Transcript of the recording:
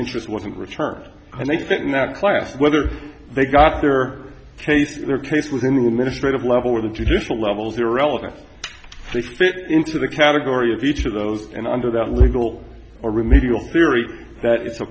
interest wasn't returned and they fit in that class whether they got there or cases their case was in the ministry of level or the judicial levels irrelevant they fit into the category of each of those and under that legal or remedial theory that it's a